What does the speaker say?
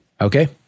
Okay